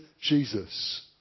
Jesus